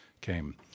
came